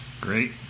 Great